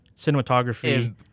cinematography